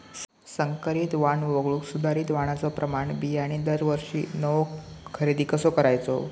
संकरित वाण वगळुक सुधारित वाणाचो प्रमाण बियाणे दरवर्षीक नवो खरेदी कसा करायचो?